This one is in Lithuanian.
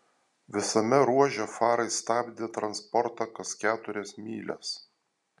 visame ruože farai stabdė transportą kas keturias mylias